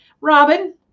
Robin